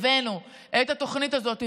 הבאנו את התוכנית הזאת,